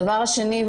הדבר השני,